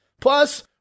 plus